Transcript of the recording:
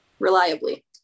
Reliably